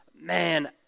man